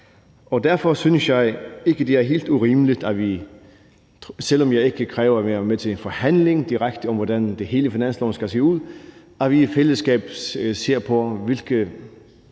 Derfor synes jeg ikke, det er helt urimeligt, selv om jeg ikke kræver at være med til en forhandling direkte om, hvordan hele finansloven skal se ud, at vi i fællesskab ser på, hvilke